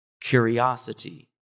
curiosity